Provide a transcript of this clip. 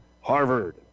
Harvard